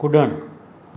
कुड॒णु